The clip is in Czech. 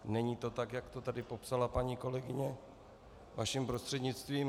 Není to tak, jak to tady popsala paní kolegyně, vaším prostřednictvím.